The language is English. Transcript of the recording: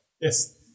Yes